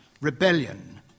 rebellion